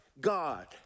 God